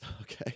Okay